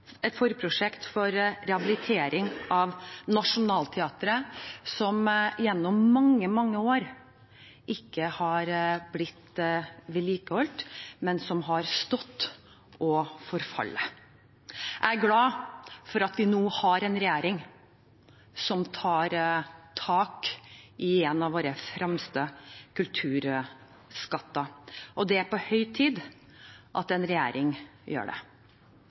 et forprosjekt for rehabilitering av Nationaltheateret, som gjennom mange år ikke har blitt vedlikeholdt, men har stått og forfalt. Jeg er glad for at vi nå har en regjering som tar tak i en av våre fremste kulturskatter. Det er på høy tid at en regjering gjør det.